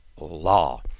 law